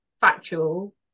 factual